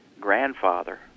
grandfather